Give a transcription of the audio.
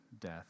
death